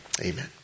Amen